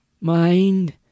mind